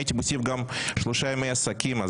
הייתי מוסיף גם שלושה ימי עסקים,